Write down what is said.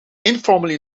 informally